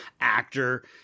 actor